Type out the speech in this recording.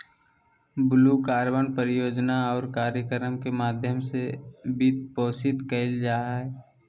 blue carbon परियोजना और कार्यक्रम के माध्यम से वित्तपोषित कइल जा हइ